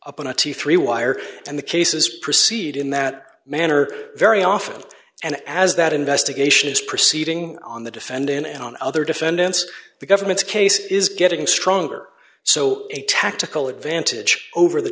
twenty three wire and the cases proceed in that manner very often and as that investigation is proceeding on the defendant and on other defendants the government's case is getting stronger so a tactical advantage over the